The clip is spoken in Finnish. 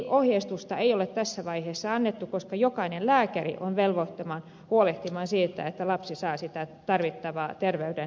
ohjeistusta ei ole tässä vaiheessa annettu koska jokainen lääkäri on velvoitettu huolehtimaan siitä että lapsi saa tarvittavaa terveydenhoitoa